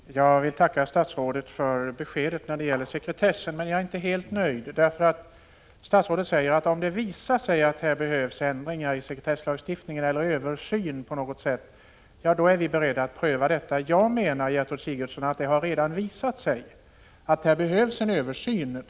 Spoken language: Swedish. Fru talman! Jag vill tacka statsrådet för beskedet när det gäller sekretessen, men jag är inte helt nöjd. Statsrådet säger att om det visar sig att det behövs ändringar i sekretesslagstiftningen eller en översyn på något sätt, är regeringen beredd att pröva detta. Jag menar, Gertrud Sigurdsen, att det redan har visat sig att det behövs en översyn.